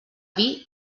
dir